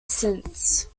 since